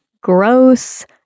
gross